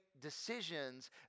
decisions